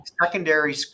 secondary